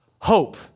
Hope